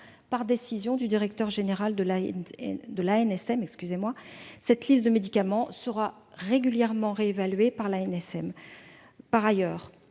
par décision du directeur général de l'ANSM. Cette liste de médicaments sera régulièrement réévaluée par l'ANSM. Par ailleurs,